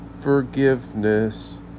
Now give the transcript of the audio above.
forgiveness